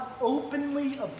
openly